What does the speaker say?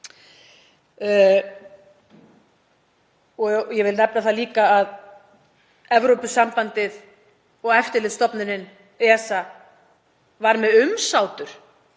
Ég vil nefna það líka að Evrópusambandið og Eftirlitsstofnun EFTA, ESA, var með umsátur